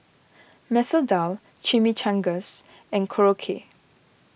Masoor Dal Chimichangas and Korokke